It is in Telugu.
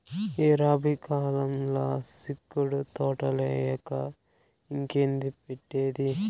ఈ రబీ కాలంల సిక్కుడు తోటలేయక ఇంకేంది పెట్టేది